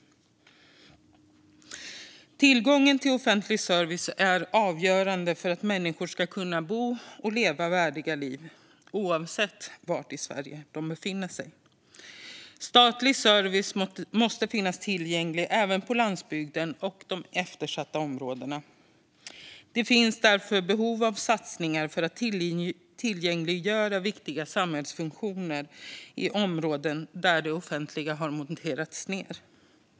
Tillgången till offentlig service är avgörande för att människor ska kunna bo och leva värdiga liv oavsett var i Sverige de befinner sig. Statlig service måste finnas tillgänglig även på landsbygden och i de eftersatta områdena. Det finns därför behov av satsningar för att tillgängliggöra viktiga samhällsfunktioner i områden där det offentliga har monterats ned.